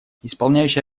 исполняющий